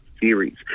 series